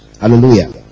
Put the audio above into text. Hallelujah